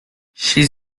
she